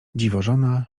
dziwożona